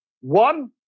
One